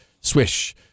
swish